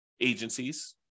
agencies